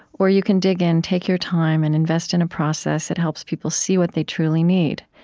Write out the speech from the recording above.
or you can dig in, take your time, and invest in a process that helps people see what they truly need.